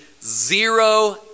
Zero